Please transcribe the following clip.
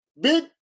Big